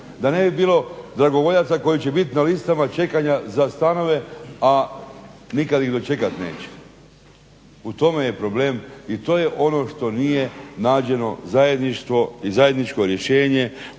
Da ne bi bilo dragovoljaca koji će biti na listama čekanja za stanove, a nikad ih dočekati neće. U tome je problem i to je ono što nije nađeno zajedničko rješenje